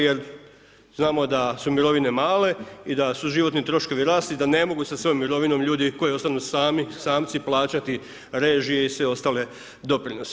Jer znamo da su mirovine male i da su životni troškovi rasli i da ne mogu sa svojom mirovinom ljudi koji ostanu sami, samci, plaćati režije i sve ostale doprinose.